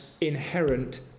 inherent